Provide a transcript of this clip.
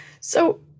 So-